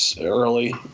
early